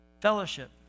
Fellowship